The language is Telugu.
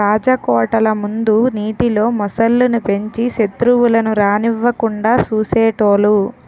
రాజకోటల ముందు నీటిలో మొసళ్ళు ను పెంచి సెత్రువులను రానివ్వకుండా చూసేటోలు